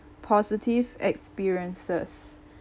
positive experiences